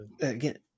again